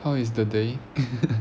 how is the day